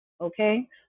okay